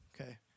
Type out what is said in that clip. okay